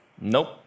Nope